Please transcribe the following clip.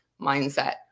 mindset